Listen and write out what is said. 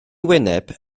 wyneb